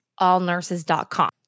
allnurses.com